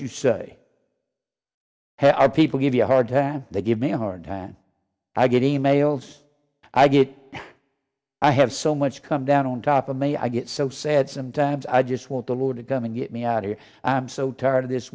you say hey are people give you a hard time they give me a hard time i get emails i get i have so much come down on top of me i get so sad sometimes i just want the lord to come and get me out here i'm so tired of this